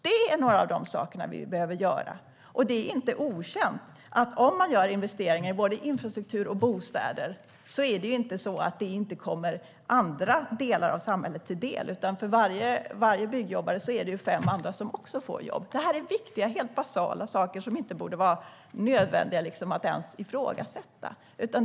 Det är några av de saker vi behöver göra. Och om man gör investeringar i både infrastruktur och bostäder är det inte så att det inte kommer andra delar av samhället till del, utan för varje byggjobbare är det fem andra som också får jobb. Detta är inte okänt. Det här är viktiga och helt basala saker som inte borde vara nödvändiga att ens ifrågasätta.